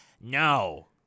No